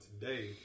today